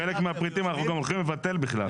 חלק מהפריטים אנחנו הולכים לבטל בכלל.